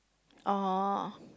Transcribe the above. oh